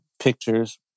pictures